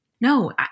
No